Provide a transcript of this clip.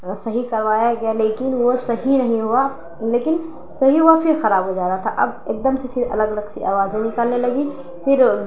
وہ صحیح کروایا گیا لیکن وہ صحیح نہیں ہوا لیکن صحیح ہوا پھر خراب ہو جا رہا تھا اب ایک دم سے پھر الگ الگ سی آوازیں نکالنے لگی پھر